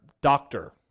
doctor